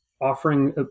offering